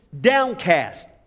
downcast